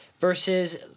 Versus